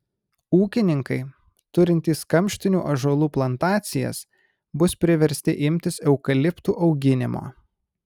ūkininkai turintys kamštinių ąžuolų plantacijas bus priversti imtis eukaliptų auginimo